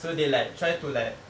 so they like try to like